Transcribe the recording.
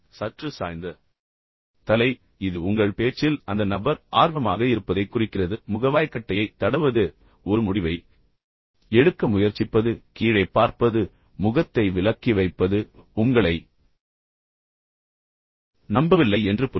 சாய்ந்த தலை சற்று சாய்ந்த தலை இது உங்கள் பேச்சில் அந்த நபர் ஆர்வமாக இருப்பதைக் குறிக்கிறது முகவாய்க்கட்டையை தடவுவது ஒரு முடிவை எடுக்க முயற்சிப்பது கீழே பார்ப்பது முகத்தை விலக்கி வைப்பது எனவே உங்களை நம்பவில்லை endru பொருள்